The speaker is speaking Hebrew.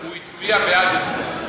הוא הצביע בעד אתמול.